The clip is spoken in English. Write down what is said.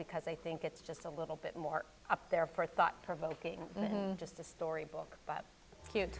because i think it's just a little bit more up there for thought provoking than just a story book but cute